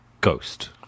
Ghost